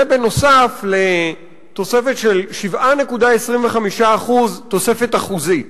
זה בנוסף לתוספת של 7.25%, תוספת אחוזית.